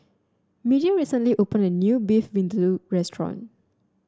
Media recently opened a new Beef Vindaloo restaurant